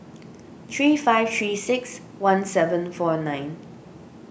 three five three six one seven four nine